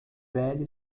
velho